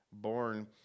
Born